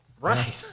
Right